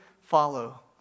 follow